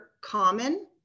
common